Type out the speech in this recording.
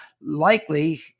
likely